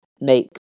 make